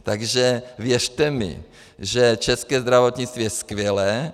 Takže věřte mi, že české zdravotnictví je skvělé.